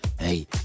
hey